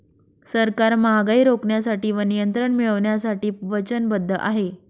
सरकार महागाई रोखण्यासाठी व नियंत्रण मिळवण्यासाठी वचनबद्ध आहे